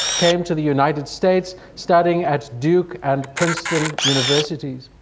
came to the united states, starting at duke and princeton universities.